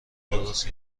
درست